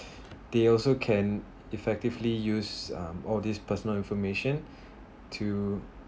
they also can effectively use um all this personal information to